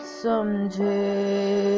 someday